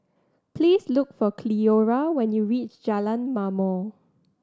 please look for Cleora when you reach Jalan Ma'mor